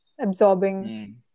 absorbing